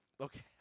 okay